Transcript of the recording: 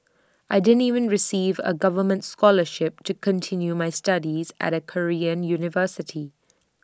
I didn't even receive A government scholarship to continue my studies at A Korean university